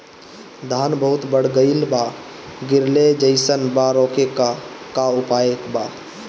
धान बहुत बढ़ गईल बा गिरले जईसन बा रोके क का उपाय बा?